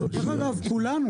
דרך אגב, כולנו.